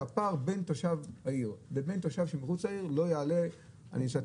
שהפער בין תושב העיר לבין תושב שמחוץ לעיר לא יעלה 20%,